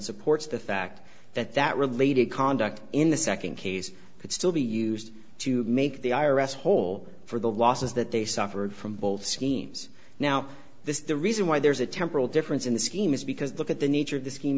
supports the fact that that related conduct in the second case could still be used to make the i r s whole for the losses that they suffered from both schemes now this is the reason why there's a temporal difference in the scheme is because look at the nature of the